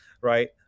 right